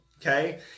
Okay